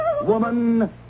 Woman